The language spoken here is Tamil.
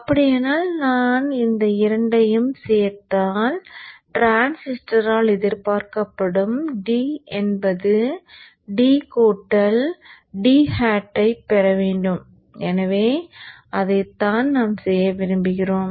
அப்படியானால் நான் இந்த இரண்டையும் சேர்த்தால் டிரான்சிஸ்டரால் எதிர்பார்க்கப்படும் d என்பது d d ஐப் பெற வேண்டும் எனவே அதைத்தான் நாம் செய்ய விரும்புகிறோம்